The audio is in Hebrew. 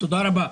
תודה רבה,